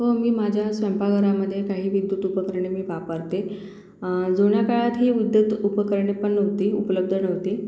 हो मी माझ्या स्वयंपाकघरामध्ये काही विद्युत उपकरणे मी वापरते जुन्या काळात ही विद्युत उपकरणे पण नव्हती उपलब्ध नव्हती